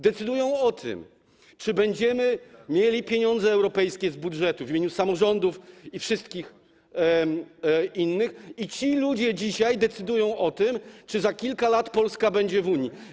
Decydują o tym, czy będziemy mieli europejskie pieniądze z budżetu, w imieniu samorządów i wszystkich innych, i ci ludzie dzisiaj decydują o tym, czy za kilka lat Polska będzie w Unii.